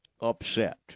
upset